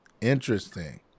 Interesting